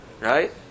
Right